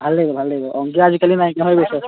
ভাল লাগিব ভাল লাগিব অংকীয়া আজিকালি নাইকিয়া হৈ গৈছে